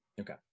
okay